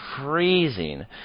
freezing